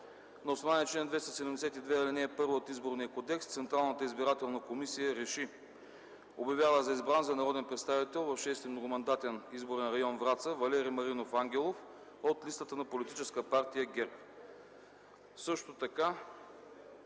„На основание чл. 272, ал. 1 от Изборния кодекс Централната избирателна комисия РЕШИ: Обявява за избран за народен представител в 6. многомандатен изборен район – Враца, Валери Маринов Ангелов от листата на Политическа партия ГЕРБ.”